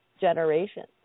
generations